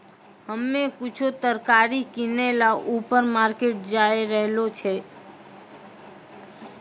हम्मे कुछु तरकारी किनै ल ऊपर मार्केट जाय रहलो छियै